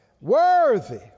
worthy